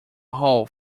whole